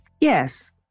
Yes